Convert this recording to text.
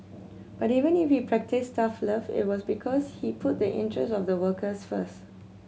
but even if he practised tough love it was because he put the interest of the workers first